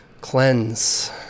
cleanse